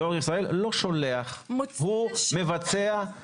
דואר ישראל לא שולח, הוא מבצע.